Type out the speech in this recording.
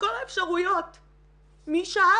לעבור אתם את כל ההתנגדויות שיש להם.